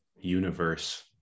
universe